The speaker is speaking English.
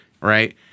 Right